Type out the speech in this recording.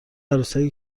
عروسکی